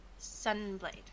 Sunblade